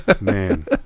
Man